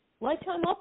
lifetime